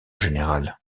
général